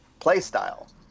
playstyle